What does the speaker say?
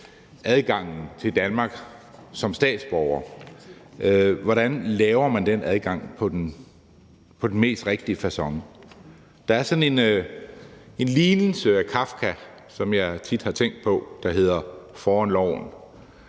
adgangen til Danmark som statsborger, på den mest rigtige facon. Der er sådan en lignelse af Kafka, som jeg tit har tænkt på, og som hedder »Foran loven«.